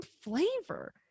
flavor